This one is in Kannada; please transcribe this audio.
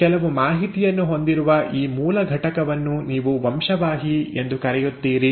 ಕೆಲವು ಮಾಹಿತಿಯನ್ನು ಹೊಂದಿರುವ ಈ ಮೂಲ ಘಟಕವನ್ನು ನೀವು ವಂಶವಾಹಿ ಎಂದು ಕರೆಯುತ್ತೀರಿ